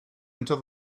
until